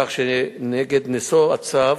כך שנגד נשוא הצו